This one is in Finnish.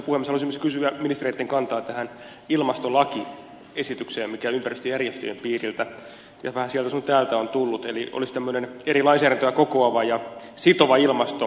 haluaisin myös kysyä ministereitten kantaa tähän ilmastolakiesitykseen mikä ympäristöjärjestöjen piiristä ja vähän sieltä sun täältä on tullut eli olisi tämmöisen eri lainsäädäntöä kokoava ja sitova ilmastolaki